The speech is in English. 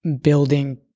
building